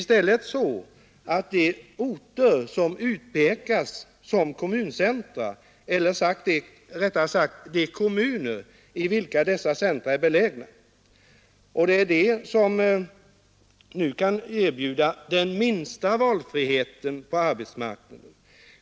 Stödet behöver i stället gå till de orter där man har den minsta valfriheten på arbetsmarknaden.